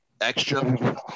extra